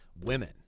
women